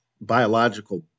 Biological